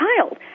child